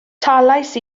talais